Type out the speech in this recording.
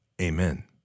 amen